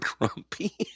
grumpy